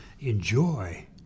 enjoy